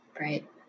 right